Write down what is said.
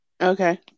Okay